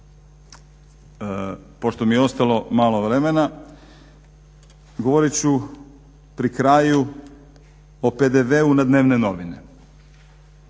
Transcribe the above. Pošto mi je ostalo malo vremena govorit ću pri kraju o PDV-u na dnevne novine,